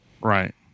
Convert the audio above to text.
Right